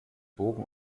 bogen